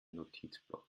notizblock